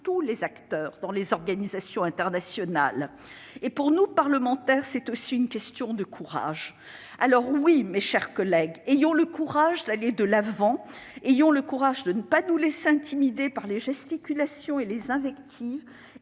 tous les acteurs dans les organisations internationales. Pour nous, parlementaires, c'est aussi une question de courage. Alors, oui, mes chers collègues, ayons le courage d'aller de l'avant, ayons le courage de ne pas nous laisser intimider par les gesticulations et les invectives,